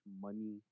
money